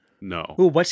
No